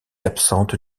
absente